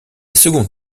seconde